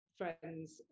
friends